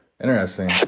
interesting